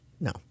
No